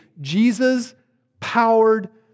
Jesus-powered